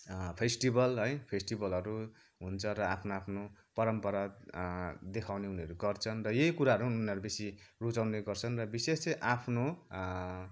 festival है फेस्टिबलहरू हुन्छ र आफ्नो आफ्नो परम्परा देखाउने उनीहरू गर्छन् र यही कुरा उनाहरू बेसी रूचाउने गर्छन् र विशेष चाहिँ आफ्नो